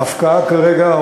ההפקעה כרגע,